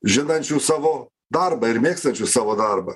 žinančių savo darbą ir mėgstančių savo darbą